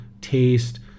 taste